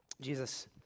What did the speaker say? Jesus